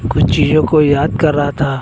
कुछ चीज़ों को याद कर रहा था